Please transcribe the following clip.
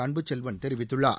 அன்புசெல்வன் தெரிவித்துள்ளார்